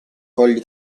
colli